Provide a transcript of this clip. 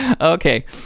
Okay